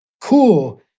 cool